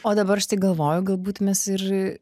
o dabar štai galvoju galbūt mes ir